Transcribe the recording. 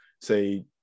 say